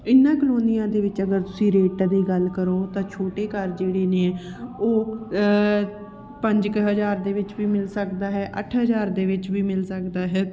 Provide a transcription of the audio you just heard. ਇਹਨਾਂ ਕਲੋਨੀਆਂ ਦੇ ਵਿੱਚ ਅਗਰ ਤੁਸੀਂ ਰੇਟਾਂ ਦੀ ਗੱਲ ਕਰੋ ਤਾਂ ਛੋਟੇ ਘਰ ਜਿਹੜੇ ਨੇ ਉਹ ਪੰਜ ਕੁ ਹਜ਼ਾਰ ਦੇ ਵੀ ਮਿਲ ਸਕਦਾ ਹੈ ਅੱਠ ਹਜ਼ਾਰ ਦੇ ਵਿੱਚ ਵੀ ਮਿਲ ਸਕਦਾ ਹੈ